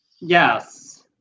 Yes